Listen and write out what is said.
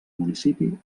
municipi